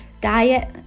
diet